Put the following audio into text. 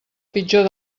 pitjor